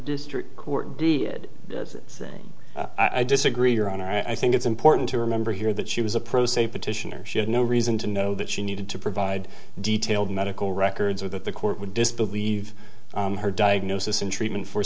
district court did as saying i disagree your honor i think it's important to remember here that she was a pro se petitioner she had no reason to know that she needed to provide detailed medical records or that the court would disbelieve her diagnosis and treatment for